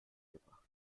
gebracht